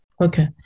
Okay